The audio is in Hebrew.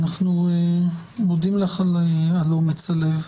אנחנו מודים לך על אומץ הלב,